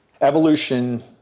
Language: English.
evolution